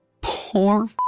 poor